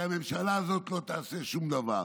כי הממשלה הזאת לא תעשה שום דבר.